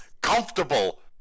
comfortable